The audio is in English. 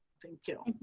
thank you.